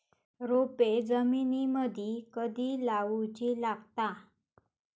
रोपे जमिनीमदि कधी लाऊची लागता?